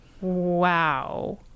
Wow